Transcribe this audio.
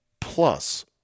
Plus